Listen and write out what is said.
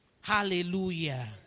Hallelujah